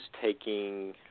taking